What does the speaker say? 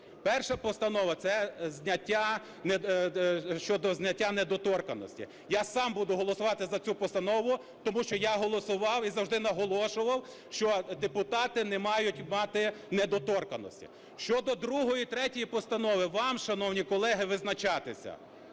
Перша постанова - це зняття, щодо зняття недоторканності. Я сам буду голосувати за цю постанову, тому що я голосував і завжди наголошував, що депутати не мають мати недоторканності. Щодо другої, третьої постанов - вам, шановні колеги, визначатися.